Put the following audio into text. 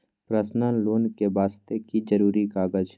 Personal loan ले वास्ते की जरुरी कागज?